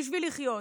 בשביל לחיות,